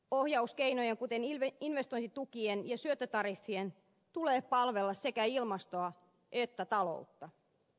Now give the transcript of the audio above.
ohjauskeinojen kuten investointitukien ja syöttötariffien tulee palvella sekä ilmastoa että taloutta